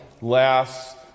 last